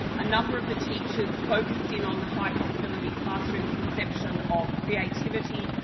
a number of the teachers focused in on the high possibility classroom conception of creativity,